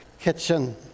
kitchen